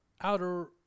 Outer